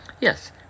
yes